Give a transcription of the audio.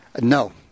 No